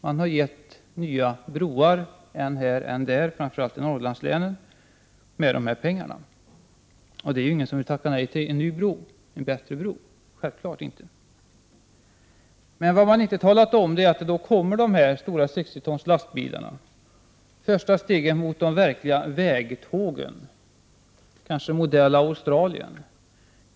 Man har lovat nya broar för dessa pengar än här, än där, framför allt i Norrlandslänen, och det är självfallet ingen som vill tacka nej till en ny, bättre bro. Vad man inte har talat om är att då kommer dessa stora 60 tons lastbilar — första steget mot de verkliga vägtågen, kanske modell Australien.